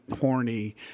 horny